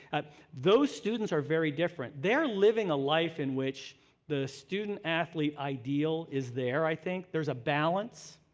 but those students are very different. they're living a life in which the student athlete ideal is there, i think. there's a balance.